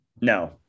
No